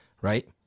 right